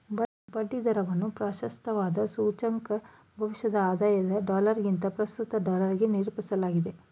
ಬಡ್ಡಿ ದರವನ್ನ ಪ್ರಾಶಸ್ತ್ಯದ ಸೂಚ್ಯಂಕ ಭವಿಷ್ಯದ ಆದಾಯದ ಡಾಲರ್ಗಿಂತ ಪ್ರಸ್ತುತ ಡಾಲರ್ಗೆ ನಿರೂಪಿಸಲಾಗಿದೆ